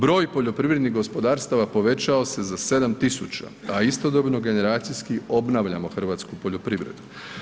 Broj poljoprivrednih gospodarstava povećao se za 7000, a istodobno generacijski obnavljamo hrvatsku poljoprivredu.